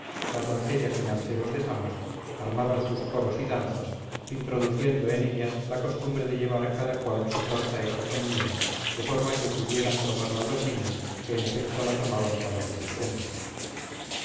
las doncellas y mancebos de samos armaban sus coros y danzas introduciendo en ellas la costumbre de llevar cada cual su torta hecha con miel de forma que pudieran tomarla los niños que en efecto la tomaban para su sustento